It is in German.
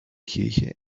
kirche